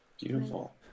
Beautiful